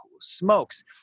smokes